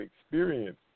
experience